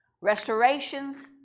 restorations